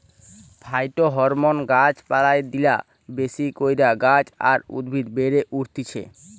phytohormone গাছ পালায় দিলা বেশি কইরা গাছ আর উদ্ভিদ বেড়ে উঠতিছে